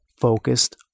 focused